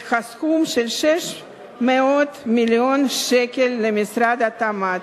הסכום של 600 מיליון ש"ח למשרד התמ"ת,